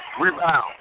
Rebound